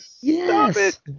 yes